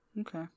Okay